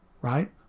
Right